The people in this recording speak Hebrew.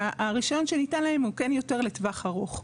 שהרישיון שניתן להם הוא כן יותר לטווח ארוך.